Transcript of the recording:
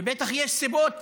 ובטח יש סיבות